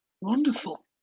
Wonderful